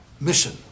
mission